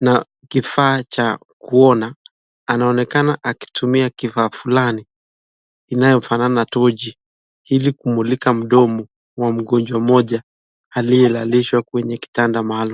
na kifaa cha kuona. Anaonekana akitumia kifaa fulani inayofanana tochi ili kumulika mdomo wa mgonjwa moja aliyelalishwa kwenye kitanda maalaum.